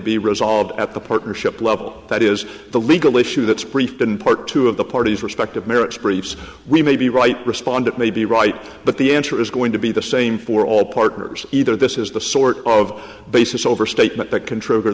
be resolved at the partnership level that is the legal issue that's brief in part two of the party's respective merits briefs we may be right despondent may be right but the answer is going to be the same for all partners either this is the sort of basis overstatement that can trigger